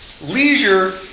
Leisure